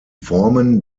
formen